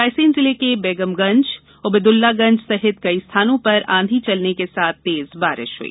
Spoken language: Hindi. रायसेन जिले के बैगमगंज ओबेदुल्लागंज सहित कई स्थानों पर आंधी चलने के साथ तेज बारिश हुई